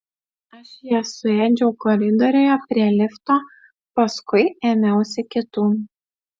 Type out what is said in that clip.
aš ją suėdžiau koridoriuje prie lifto paskui ėmiausi kitų